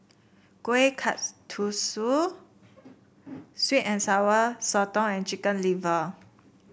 Kueh Kasturi sweet and Sour Sotong and Chicken Liver